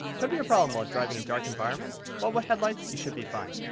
could be a problem while driving in dark environments but with headlights you should be fine.